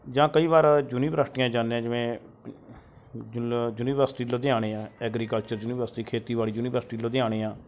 ਜਾਂ ਕਈ ਵਾਰ ਯੂਨੀਵਰਸਿਟੀਆਂ ਜਾਂਦੇ ਹਾਂ ਜਿਵੇਂ ਯੂਨੀਵਰਸਿਟੀ ਲੁਧਿਆਣੇ ਆ ਐਗਰੀਕਲਚਰ ਯੂਨੀਵਰਸਿਟੀ ਖੇਤੀਬਾੜੀ ਯੂਨੀਵਰਸਿਟੀ ਲੁਧਿਆਣੇ ਆ